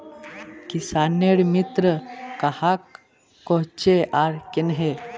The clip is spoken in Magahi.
किसानेर मित्र कहाक कोहचे आर कन्हे?